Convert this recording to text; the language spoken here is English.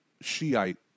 Shiite